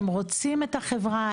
הם רוצים את החברה,